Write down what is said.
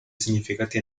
significati